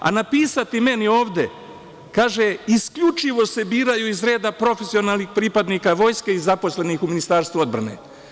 A napisati meni ovde, kaže – isključivo se biraju iz reda profesionalnih pripadnika Vojske i zaposlenih u Ministarstvu odbrane.